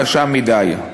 קשה מדי.